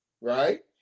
right